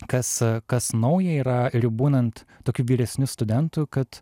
kas kas nauja yra ir būnant tokiu vyresniu studentu kad